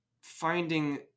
finding